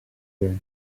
here